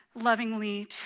lovingly